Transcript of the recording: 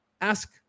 ask